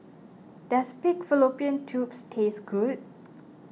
does Pig Fallopian Tubes taste good